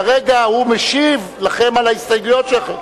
כרגע הוא משיב לכם על הסתייגויות שלכם.